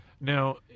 Now